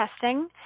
testing